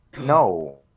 No